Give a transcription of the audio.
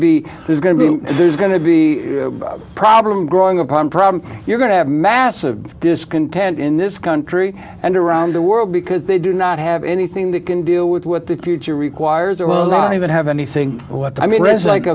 be there's going to be there's going to be a problem growing upon problem you're going to have massive discontent in this country and around the world because they do not have anything that can deal with what the future requires or well not even have anything what i mean